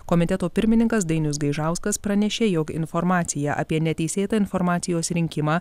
komiteto pirmininkas dainius gaižauskas pranešė jog informacija apie neteisėtą informacijos rinkimą